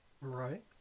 right